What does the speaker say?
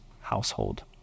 household